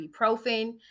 ibuprofen